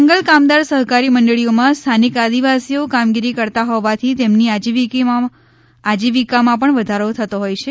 જંગલ કામદાર સહકારી મંડળીઓમાં સ્થાનિક આદિવાસીઓ કામગીરી કરતા હોવાથી તેમની આજીવિકામાં પણ વધારો થતો હોય છે